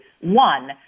one